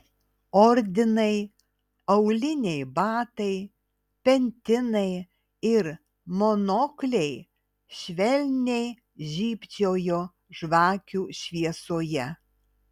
ordinai auliniai batai pentinai ir monokliai švelniai žybčiojo žvakių šviesoje